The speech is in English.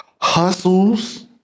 hustles